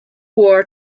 war